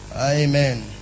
Amen